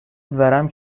ورم